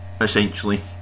essentially